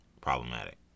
problematic